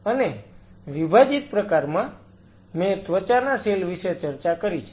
અને વિભાજીત પ્રકારમાં મેં ત્વચાના સેલ વિશે ચર્ચા કરી છે